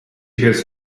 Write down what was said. has